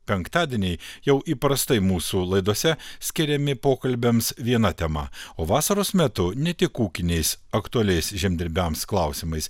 penktadienį jau įprastai mūsų laidose skiriami pokalbiams viena tema o vasaros metu ne tik ūkiniais aktualiais žemdirbiams klausimais